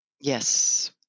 Yes